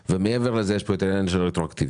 ומעבר לכך יש כאן את העניין של הרטרואקטיביות.